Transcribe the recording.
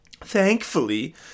Thankfully